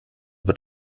wird